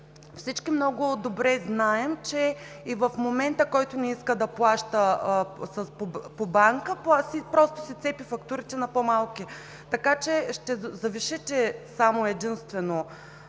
Всички много добре знаем, че и в момента който не иска да плаща по банка, просто си цепи фактурите на по-малки, така че ще завишите само единствено